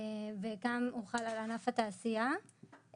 והן הוחלו גם על ענף התעשייה,